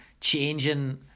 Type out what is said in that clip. changing